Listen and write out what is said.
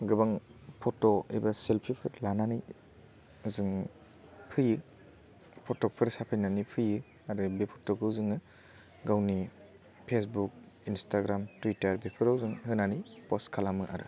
गोबां फट' एबा सेलफिफोर लानानै जों फैयो फट'कफोर साफायनानै फैयो आरो बे फट'कखौ जोङो गावनि फेसबुक इन्स्टाग्राम टुइटार बेफोराव जों होनानै पस्ट खालामो आरो